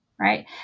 right